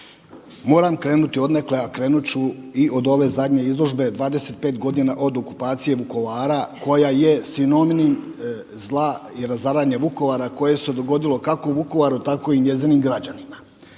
Moram krenuti odnekle, a krenut ću i od ove zadnje izložbe 25 godina od okupacije Vukovara koja je sinonim zla i razaranje Vukovara koje se dogodilo kako u Vukovaru, tako i njezinim građanima.